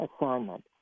assignment